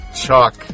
Chuck